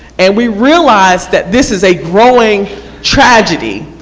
and we realize that this is a growing tragedy.